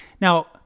Now